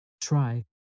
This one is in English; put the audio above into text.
Try